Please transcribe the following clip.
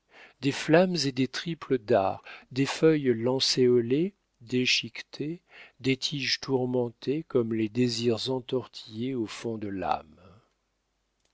des flammes et de triples dards des feuilles lancéolées déchiquetées des tiges tourmentées comme les désirs entortillés au fond de l'âme